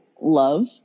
love